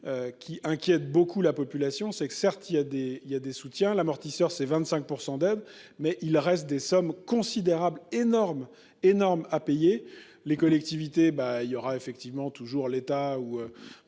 qui inquiète beaucoup la population c'est que certes il y a des il y a des soutiens l'amortisseur c'est 25% mais il reste des sommes considérables l'énorme énorme à payer les collectivités bah il y aura effectivement toujours l'état ou